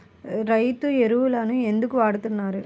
రైతు ఎరువులు ఎందుకు వాడుతున్నారు?